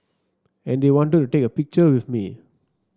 and they wanted to take a picture with me